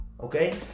Okay